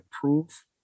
proof